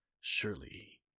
Surely